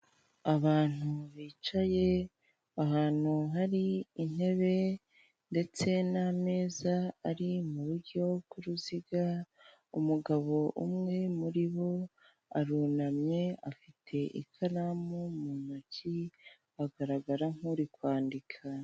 Abantu bicaye ahantu hari intebe ndetse n'ameza ari muburyo bw'uruziga umugabo umwe muri bo arunamye afite ikaramu mu ntoki agaragara nkuri kwandika.